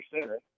center